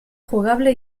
jugable